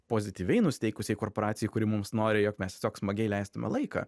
pozityviai nusiteikusiai korporacijai kuri mums nori jog mes tiesiog smagiai leistume laiką